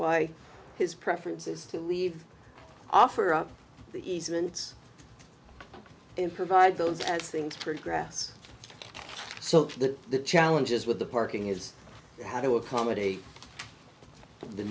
why his preference is to leave offer up the easements and provide those as things progress so the challenges with the parking is how to accommodate the